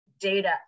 data